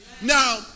Now